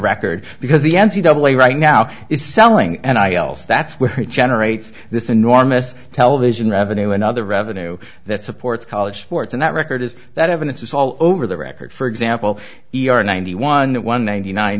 record because the n c double a right now is selling and i else that's what generates this enormous television revenue and other revenue that supports college sports and that record is that evidence is all over the record for example e r ninety one one ninety nine